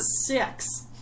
six